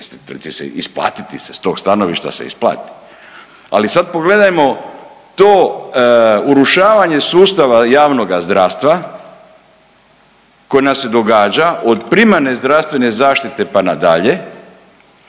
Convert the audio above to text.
isplati ti se, s tog stanovišta se isplati. Ali sad pogledajmo to urušavanje sustava javnoga zdravstva koje nam se događa od primarne zdravstvene zaštite pa nadalje